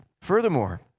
Furthermore